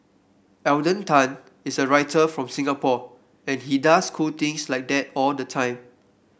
Alden Tan is a writer from Singapore and he does cool things like that all the time